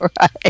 Right